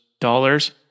dollars